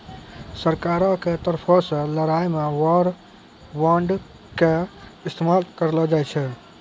सरकारो के तरफो से लड़ाई मे वार बांड के इस्तेमाल करलो जाय छै